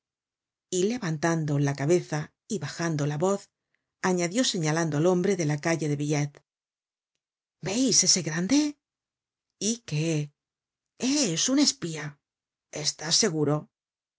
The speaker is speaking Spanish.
y levantando la cabeza y bajando la voz añadió señalando al hombre de la calle de billettes veis ese grande y qué es un espía estás seguro